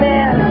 Man